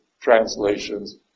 translations